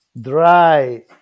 dry